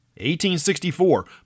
1864